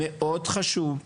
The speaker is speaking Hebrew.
מאוד חשוב,